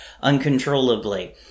uncontrollably